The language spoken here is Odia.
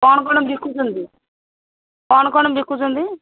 କ'ଣ କ'ଣ ବିକୁଛନ୍ତି କ'ଣ କ'ଣ ବିକୁଛନ୍ତି